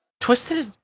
Twisted